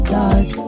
dark